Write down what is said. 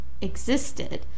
existed